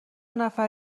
نفر